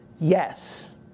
Yes